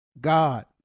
God